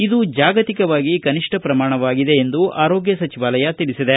ಇದು ಜಾಗತಿಕವಾಗಿ ಕನಿಷ್ಠ ಪ್ರಮಾಣವಾಗಿದೆ ಎಂದು ಆರೋಗ್ಯ ಸಚಿವಾಲಯ ತಿಳಿಸಿದೆ